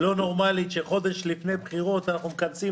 בתקופה לא נורמלית של בחירות, אנחנו נמצאים